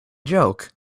joke